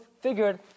figured